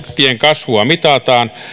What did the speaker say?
kasvua mitataan